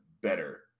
better